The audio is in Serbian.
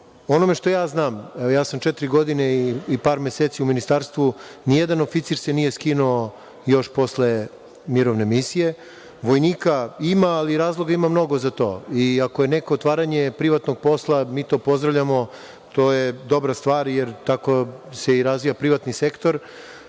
onome što ja znam, četiri godine i par meseci u Ministarstvu, ni jedan oficir se nije skinuo još posle mirovne misije. Vojnika ima, ali razloga ima mnogo za to. Ako je neko otvaranje privatnog posla, mi to pozdravljamo, to je dobra stvar, jer tako se i razvija privatni sektor. Što